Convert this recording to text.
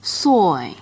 soy